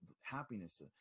happiness